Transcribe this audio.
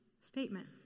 statement